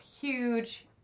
huge